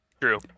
True